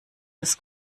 des